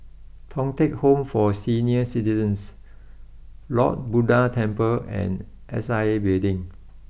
Thong Teck Home for Senior citizens Lord Buddha Temple and S I A Building